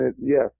Yes